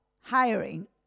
hiring